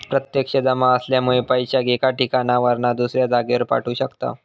प्रत्यक्ष जमा असल्यामुळे पैशाक एका ठिकाणावरना दुसऱ्या जागेर पाठवू शकताव